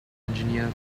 engineer